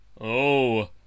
Oh